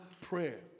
prayer